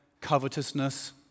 covetousness